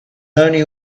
only